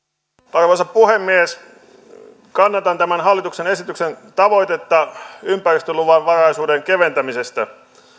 arvoisa puhemies kannatan tämän hallituksen esityksen tavoitetta ympäristöluvanvaraisuuden keventämisestä